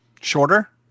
Shorter